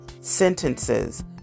sentences